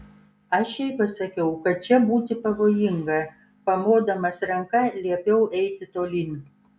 aš jai pasakiau kad čia būti pavojinga pamodamas ranka liepiau eiti tolyn